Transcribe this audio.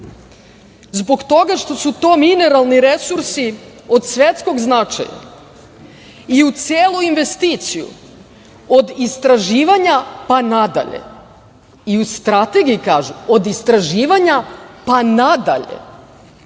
zbog toga što su to mineralni resursi od svetskog značaja i u celu investiciju, od istraživanja pa nadalje, i u Strategiji kaže, od istraživanja pa nadalje,